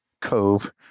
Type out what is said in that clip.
cove